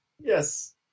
yes